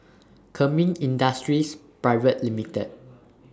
Kemin Industries Pte Ltd